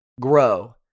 grow